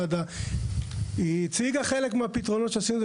היא הציגה חלק מהפתרונות שעשינו;